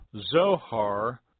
Zohar